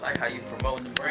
how you promoting